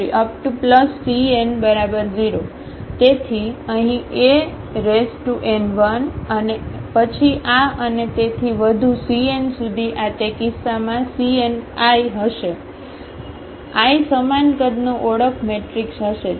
તેથી અહીં An 1 અને પછી આ અને તેથી વધુ cn સુધી આ તે કિસ્સામાં cnI હશે I સમાન કદનો ઓળખ મેટ્રિક્સ હશે